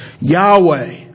Yahweh